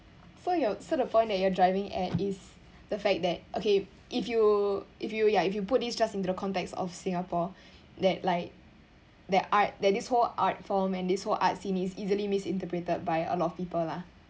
so your so the point you're driving at is the fact that okay if you if you ya if you put this just into the context of singapore that like that art that this whole art form and this whole art scene is easily misinterpreted by a lot of people lah